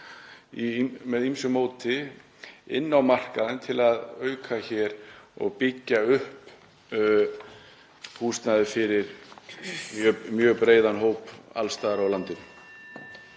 með ýmsu móti inn á markaðinn til að auka hér og byggja upp húsnæði fyrir mjög breiðan hóp alls staðar á landinu?